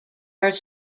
are